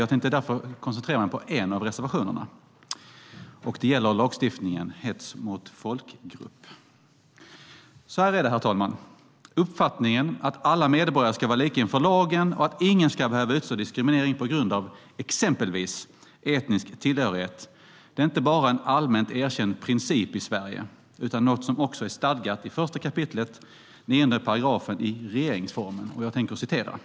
Jag tänker därför koncentrera mig på en av reservationerna, och det gäller lagstiftningen om hets mot folkgrupp. Herr talman! Uppfattningen att alla medborgare ska vara lika inför lagen och att ingen ska behöva utså diskriminering på grund av exempelvis etnisk tillhörighet är inte bara en allmänt erkänd princip i Sverige utan något som också är stadgat i 1 kap. 9 § regeringsformen. Jag tänker citera den.